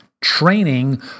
training